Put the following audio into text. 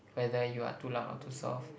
whether you are too loud or too soft